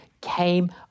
came